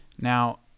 Now